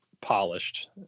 polished